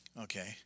Okay